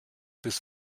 bis